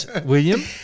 william